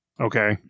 Okay